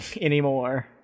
anymore